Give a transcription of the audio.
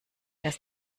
dass